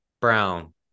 Brown